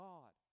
God